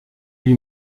lui